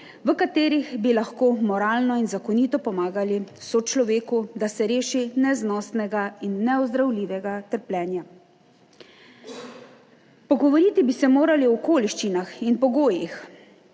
v katerih bi lahko moralno in zakonito pomagali sočloveku, da se reši neznosnega in neozdravljivega trpljenja. Pogovoriti bi se morali o okoliščinah in pogojih,